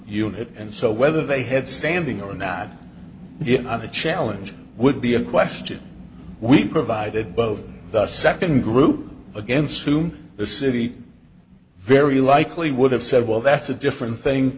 unit and so whether they had standing or not on the challenge would be a question we provided both the second group against whom the city very likely would have said well that's a different thing